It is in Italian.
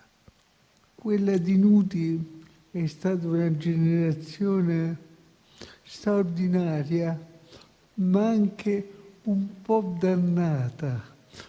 Quella di Nuti è stata una generazione straordinaria, ma anche un po' dannata,